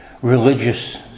Religious